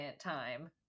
time